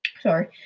Sorry